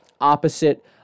opposite